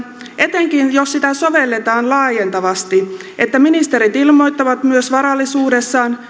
etenkään jos sitä sovelletaan laajentavasti niin että ministerit ilmoittavat myös varallisuudessaan